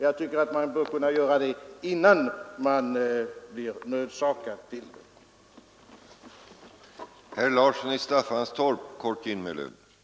Jag tycker att man bör kunna göra detta innan man blir nödsakad till det.